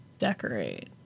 decorate